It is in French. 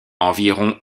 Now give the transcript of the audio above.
environ